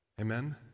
Amen